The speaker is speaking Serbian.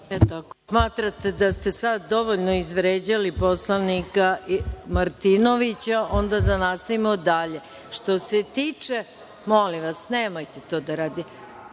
Smatrate da ste sada dovoljno izvređali poslanika Martinovića, pa onda da nastavimo dalje. Što se tiče, molim vas, nemojte to da radite,